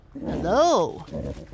Hello